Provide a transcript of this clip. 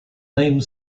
name